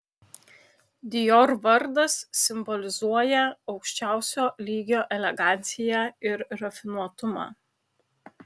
dior vardas simbolizuoja aukščiausio lygio eleganciją ir rafinuotumą